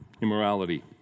immorality